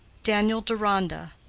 daniel deronda,